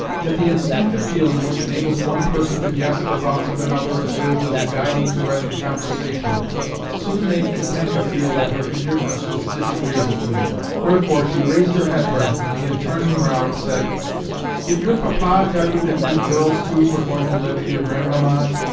yet the instinctive feeling which enables one person to guess the thoughts of another and serves as a guiding thread in conversation soon made katenka feel that her indifference was disagreeable to me wherefore she raised her head presently, and, turning round, said did your papa tell you that we girls too were going to live at your grandmamma's?